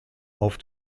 auf